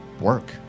work